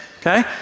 okay